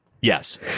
Yes